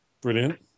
Brilliant